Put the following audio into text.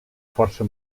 forca